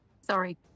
Sorry